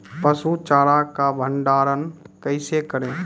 पसु चारा का भंडारण कैसे करें?